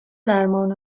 درمان